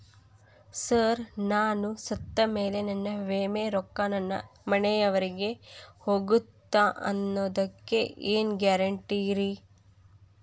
Sir ನಾನು ಸತ್ತಮೇಲೆ ನನ್ನ ವಿಮೆ ರೊಕ್ಕಾ ನನ್ನ ಮನೆಯವರಿಗಿ ಹೋಗುತ್ತಾ ಅನ್ನೊದಕ್ಕೆ ಏನ್ ಗ್ಯಾರಂಟಿ ರೇ?